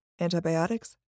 antibiotics